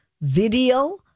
video